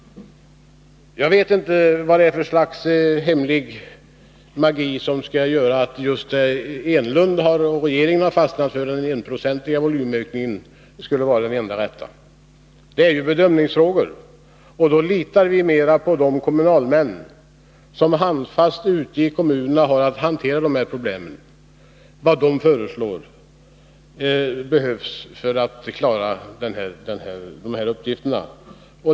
Jag vet inte vad det är för slags hemlig magi som skulle göra att just det som Eric Enlund och regeringen har fastnat för — den 1-procentiga volymökningen -—skulle vara det enda rätta. Det är ju bedömningsfrågor. Vi litar då mer på de kommunalmän som ute i kommunerna handfast har att hantera de här problemen. Vi litar på deras bedömning av vad som behövs för att de skall kunna klara dessa uppgifter.